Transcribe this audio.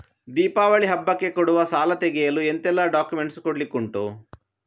ದೀಪಾವಳಿ ಹಬ್ಬಕ್ಕೆ ಕೊಡುವ ಸಾಲ ತೆಗೆಯಲು ಎಂತೆಲ್ಲಾ ಡಾಕ್ಯುಮೆಂಟ್ಸ್ ಕೊಡ್ಲಿಕುಂಟು?